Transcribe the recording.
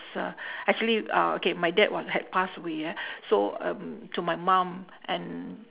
uh actually uh okay my dad w~ had passed away ah so um to my mum and